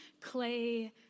clay